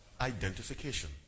Identification